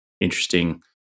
interesting